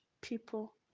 people